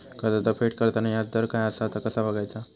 कर्जाचा फेड करताना याजदर काय असा ता कसा बगायचा?